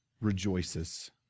rejoices